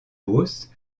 beauce